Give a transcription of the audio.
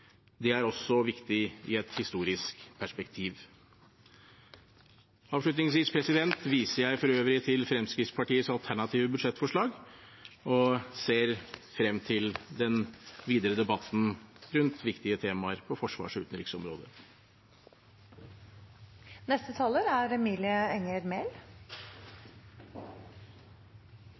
det midler til restaurering, og det er også viktig i et historisk perspektiv. Avslutningsvis viser jeg for øvrig til Fremskrittspartiets alternative budsjettforslag og ser frem til den videre debatten rundt viktige temaer på forsvars- og